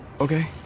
Okay